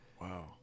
Wow